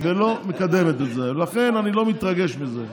ולא מקדמת את זה, לכן אני לא מתרגש מזה.